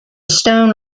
stone